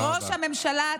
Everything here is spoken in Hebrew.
ראש הממשלה,